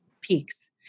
peaks